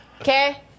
Okay